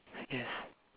yes